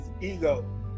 ego